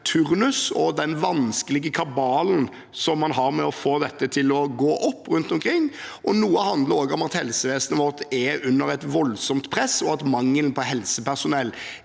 turnus og den vanskelige kabalen som man har med å få dette til å gå opp rundt omkring, og noe handler også om at helsevesenet vårt er under et voldsomt press, og at mangelen på helsepersonell